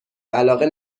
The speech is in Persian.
علاقه